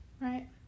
Right